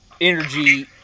energy